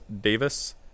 Davis